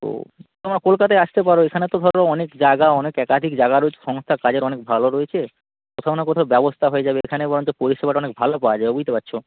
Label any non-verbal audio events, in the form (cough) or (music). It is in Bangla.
তো (unintelligible) কলকাতায় আসতে পারো এখানে তো ধরো অনেক জায়গা অনেক একাধিক জায়গা রয়েছে সংস্থা কাজের অনেক ভালো রয়েছে কোথাও না কোথাও ব্যবস্থা হয়ে যাবে এখানে বরঞ্চ পরিষেবাটা অনেক ভালো পাওয়া যাবে বুঝতে পারছ